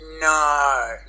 no